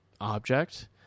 object